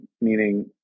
meaning